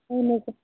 اہن حظ آ